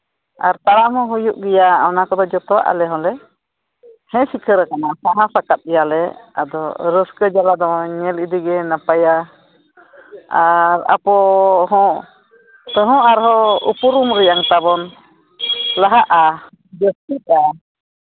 ᱟᱨ ᱛᱟᱲᱟᱢ ᱦᱚᱸ ᱦᱩᱭᱩᱜ ᱜᱮᱭᱟ ᱚᱱᱟ ᱠᱚᱫᱚ ᱡᱚᱛᱚ ᱟᱞᱮ ᱦᱚᱸᱞᱮ ᱦᱮᱸ ᱥᱤᱠᱟᱹᱨ ᱠᱟᱱᱟ ᱥᱟᱦᱚᱥ ᱠᱟᱜ ᱜᱮᱭᱟᱞᱮ ᱟᱫᱚ ᱨᱟᱹᱥᱠᱟᱹ ᱡᱟᱞᱟ ᱫᱚᱧ ᱧᱮᱞ ᱤᱫᱤᱜᱮ ᱱᱟᱯᱟᱭᱟ ᱟᱨ ᱟᱠᱚ ᱦᱚᱸ ᱛᱮᱦᱚᱸ ᱟᱨᱦᱚᱸ ᱩᱯᱨᱩᱢ ᱦᱩᱭᱮᱱ ᱛᱟᱵᱚᱱ ᱞᱟᱦᱟᱜᱼᱟ ᱡᱟᱹᱥᱛᱤᱜᱼᱟ